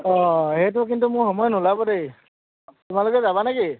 অঁ সেইটো কিন্তু মোৰ সময় নোলাব দেই তোমালোকে যাবা নেকি